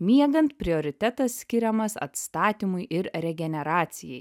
miegant prioritetas skiriamas atstatymui ir regeneracijai